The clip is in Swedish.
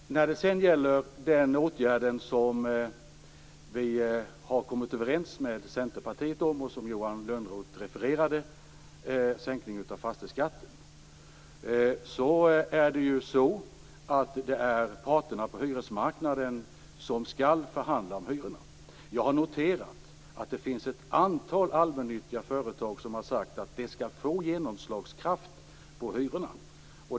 När det sedan gäller den åtgärd som vi har kommit överens om med Centerpartiet och som Johan Lönnroth refererade, sänkningen av fastighetsskatten, är det så att det är parterna på hyresmarknaden som skall förhandla om hyrorna. Jag har noterat att det finns ett antal allmännyttiga företag som har sagt att detta skall få genomslagskraft på hyrorna.